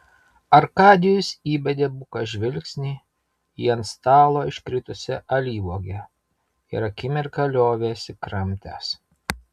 arkadijus įbedė buką žvilgsnį į ant stalo iškritusią alyvuogę ir akimirką liovėsi kramtęs